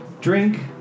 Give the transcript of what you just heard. drink